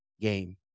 game